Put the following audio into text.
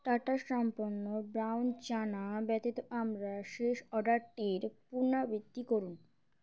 tata Sampann brown chana ব্যতিত আমরা শেষ অর্ডারটির পুনরাবৃত্তি করুন